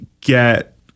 get